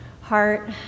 heart